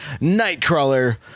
nightcrawler